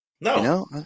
No